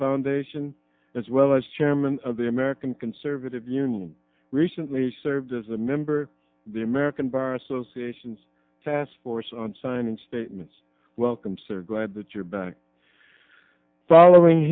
foundation as well as chairman of the american conservative union recently served as a member of the american bar associations task force on signing statements welcome sir glad that you're back following